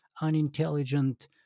unintelligent